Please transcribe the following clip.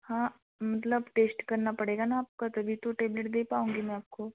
हाँ मतलब टेश्ट करना पड़ेगा ना आपका तभी तो टेबलेट दे पाऊँगी मैं आपको